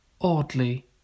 oddly